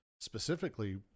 Specifically